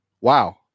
Wow